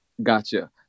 Gotcha